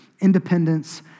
independence